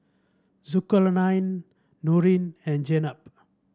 Zulkarnain Nurin and Jenab